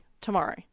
tomorrow